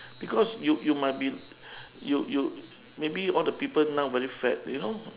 because you you might be you you maybe all the people now very fat you know